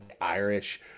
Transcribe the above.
Irish